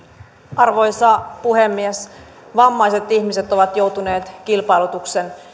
arvoisa puhemies vammaiset ihmiset ovat joutuneet kilpailutuksen